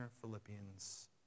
Philippians